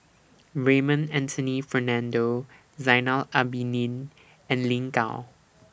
Raymond Anthony Fernando Zainal Abidin and Lin Gao